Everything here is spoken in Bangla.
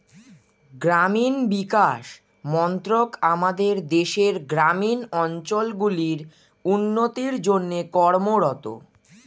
গ্রামীণ বিকাশ মন্ত্রক আমাদের দেশের গ্রামীণ অঞ্চলগুলির উন্নতির জন্যে কর্মরত